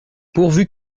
pourvu